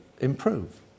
improve